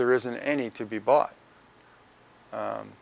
there isn't any to be bought